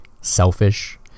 selfish